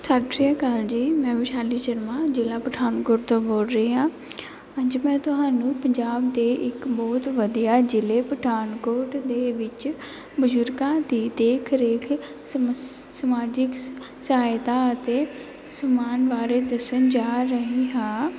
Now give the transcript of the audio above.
ਸਤਿ ਸ਼੍ਰੀ ਅਕਾਲ ਜੀ ਮੈਂ ਵਿਸ਼ਾਲੀ ਸ਼ਰਮਾ ਜ਼ਿਲ੍ਹਾ ਪਠਾਨਕੋਟ ਤੋਂ ਬੋਲ ਰਹੀ ਹਾਂ ਹਾਂਜੀ ਮੈਂ ਤੁਹਾਨੂੰ ਪੰਜਾਬ ਦੇ ਇੱਕ ਬਹੁਤ ਵਧੀਆ ਜ਼ਿਲ੍ਹੇ ਪਠਾਨਕੋਟ ਦੇ ਵਿੱਚ ਬਜ਼ੁਰਗਾਂ ਦੀ ਦੇਖ ਰੇਖ ਸਮੱਸ ਸਮਾਜਿਕ ਸਹਾਇਤਾ ਅਤੇ ਸਮਾਨ ਬਾਰੇ ਦੱਸਣ ਜਾ ਰਹੀ ਹਾਂ